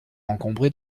encombré